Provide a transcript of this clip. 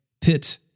pit